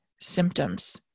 symptoms